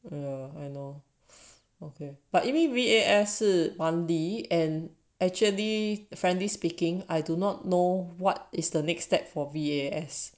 uh I know okay but 因为 V_A_S 是 monthly and actually frankly speaking I do not know what is the next step four V_A_S